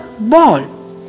ball